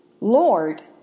Lord